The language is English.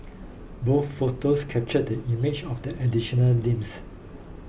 both photos captured the image of the additional limbs